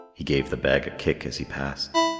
he gave the bag a kick as he passed.